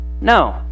No